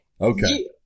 Okay